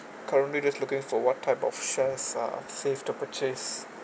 currently just looking for what type of shares are safe to purchase